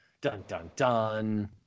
Dun-dun-dun